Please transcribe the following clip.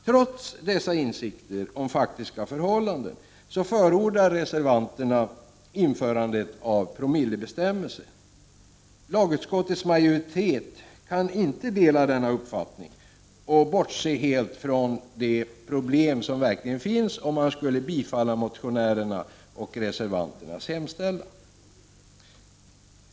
Trots dessa insikter om faktiska förhållanden förordar reservanterna införande av promillebestämmelser. Lagutskottets majoritet kan inte dela denna uppfattning och helt bortse från de problem som verkligen finns genom att biträda motionärernas och reservanternas hemställan.